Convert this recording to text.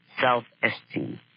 self-esteem